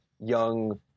young